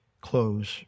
close